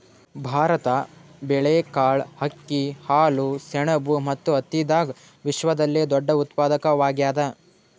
ಭಾರತ ಬೇಳೆಕಾಳ್, ಅಕ್ಕಿ, ಹಾಲು, ಸೆಣಬು ಮತ್ತು ಹತ್ತಿದಾಗ ವಿಶ್ವದಲ್ಲೆ ದೊಡ್ಡ ಉತ್ಪಾದಕವಾಗ್ಯಾದ